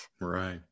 Right